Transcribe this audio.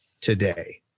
today